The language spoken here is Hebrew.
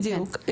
בדיוק.